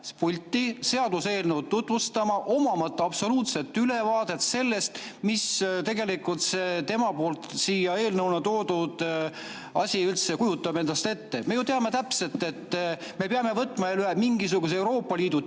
pulti seaduseelnõu tutvustama, omamata absoluutselt ülevaadet sellest, mida tegelikult tema poolt siia eelnõuna toodud asi üldse endast kujutab? Me ju teame täpselt, et me peame üle võtma mingisuguse Euroopa Liidu